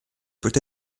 peut